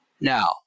Now